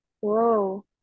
whoa